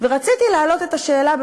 ורציתי להעלות את השאלה,